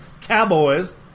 Cowboys